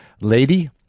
lady